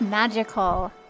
Magical